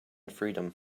freedom